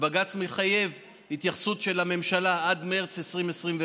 ובג"ץ מחייב התייחסות של הממשלה עד מרץ 2021,